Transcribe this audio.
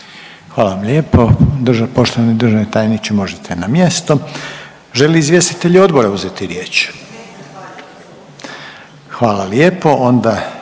Hvala vam lijepo. Poštovani državni tajniče možete na mjesto. Žele li izvjestitelji odbora uzeti riječ? Hvala lijepo,